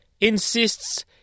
insists